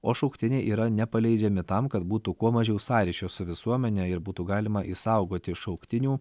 o šauktiniai yra nepaleidžiami tam kad būtų kuo mažiau sąryšio su visuomene ir būtų galima išsaugoti šauktinių